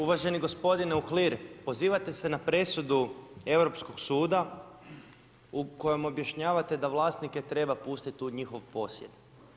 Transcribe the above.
Uvaženi gospodine Uhlir, pozivate se na presudu Europskog suda u kojem objašnjavate da vlasnike trebate pustiti u njihov posjed.